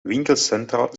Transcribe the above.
winkelcentra